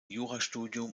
jurastudium